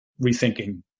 rethinking